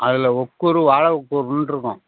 அதில் ஒக்கூர் வாழை ஒக்கூருண்ட்டு இருக்கும்